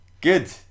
Good